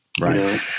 Right